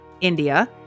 India